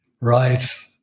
Right